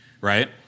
right